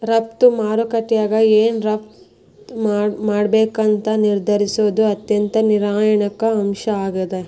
ರಫ್ತು ಮಾರುಕಟ್ಯಾಗ ಏನ್ ರಫ್ತ್ ಮಾಡ್ಬೇಕಂತ ನಿರ್ಧರಿಸೋದ್ ಅತ್ಯಂತ ನಿರ್ಣಾಯಕ ಅಂಶ ಆಗೇದ